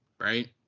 right